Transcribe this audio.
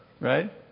Right